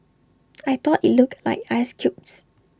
I thought IT looked like ice cubes